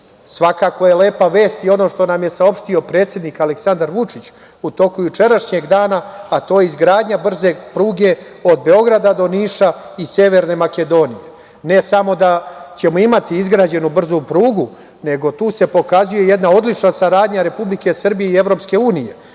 virusa. Svakako je lepa vest i ono što nam je saopštio predsednik Aleksandar Vučić u toku jučerašnjeg dana, a to je izgradnja brze pruge od Beograda do Niša i Severne Makedonije. Ne samo da ćemo imati izgrađenu brzu prugu, nego tu se pokazuje jedna odlična saradnja Republike Srbije i EU.Da